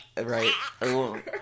right